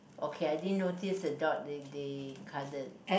okay I didn't notice the dog they they cuddle